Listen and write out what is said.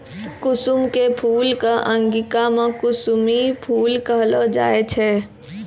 कुसुम के फूल कॅ अंगिका मॅ कुसमी फूल कहलो जाय छै